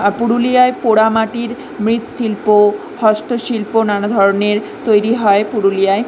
আর পুরুলিয়ায় পোড়ামাটির মৃৎশিল্প হস্তশিল্প নানা ধরনের তৈরি হয় পুরুলিয়ায়